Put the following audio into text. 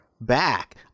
back